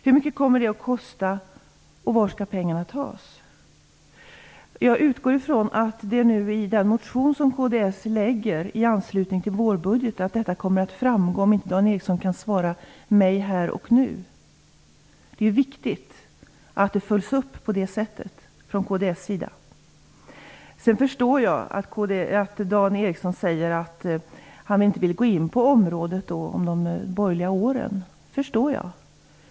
Hur mycket kommer det att kosta, och var skall pengarna tas? Jag utgår ifrån att det kommer att framgå i den motion som kds väcker i anslutning till vårbudgeten om inte Dan Ericsson kan svara mig här och nu. Det är viktigt att det följs upp på det sättet från kds sida. Sedan förstår jag att Dan Ericsson säger att han inte vill gå in på området de borgerliga åren. Det förstår jag.